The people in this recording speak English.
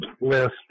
list